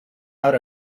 out